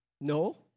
No